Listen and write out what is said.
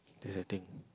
that's the thing